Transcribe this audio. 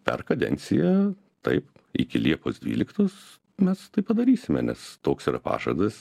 per kadenciją taip iki liepos dvyliktos mes tai padarysime nes toks yra pažadas